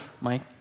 Mike